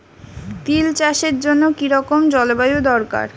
তিল চাষের জন্য কি রকম জলবায়ু দরকার?